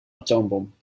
atoombom